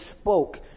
spoke